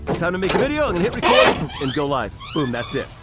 time to make a video. i'm gonna hit record and go live, boom, that's it.